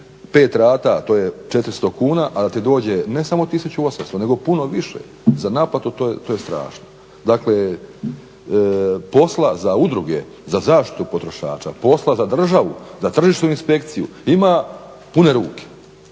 5 rata, to je 400kn, ali ti dođe ne samo 1800, nego puno više za naplatu, to je strašno. Dakle, posla za Udruge za zaštitu potrošača, posla za državnu, za tržišnu inspekciju ima pune ruke